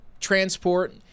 transport